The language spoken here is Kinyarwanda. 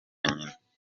nyina